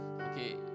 okay